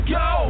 go